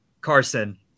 Carson